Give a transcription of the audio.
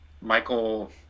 Michael